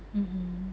mm mm